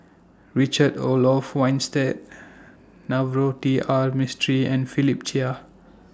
Richard Olaf Winstedt Navroji R Mistri and Philip Chia